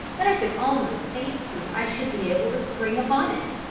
that i could almost fancy i should be able to spring upon it,